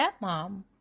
stepmom